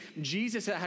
Jesus